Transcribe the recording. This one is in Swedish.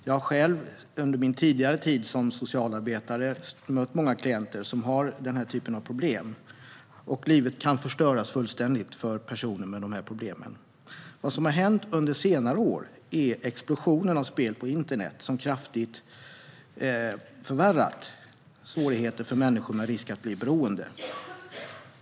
Jag har själv under min tidigare tid som socialarbetare mött många klienter med den här typen av problem. Livet kan förstöras fullständigt för personer med de här problemen. Vad som har hänt under senare år är explosionen av spel på internet, som kraftigt har förvärrat svårigheterna för människor med risk att bli beroende.